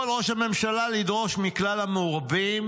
יכול ראש הממשלה לדרוש מכלל המעורבים